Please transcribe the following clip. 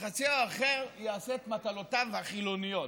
וחציו האחר יעשה את מטלותיו החילוניות,